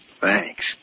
Thanks